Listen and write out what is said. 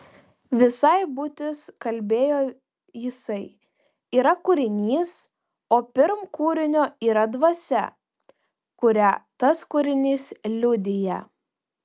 visa būtis kalbėjo jisai yra kūrinys o pirm kūrinio yra dvasia kurią tas kūrinys liudija